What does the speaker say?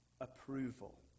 approval